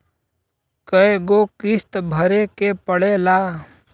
कय गो किस्त भरे के पड़ेला?